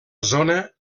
zona